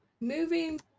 Moving